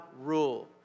rule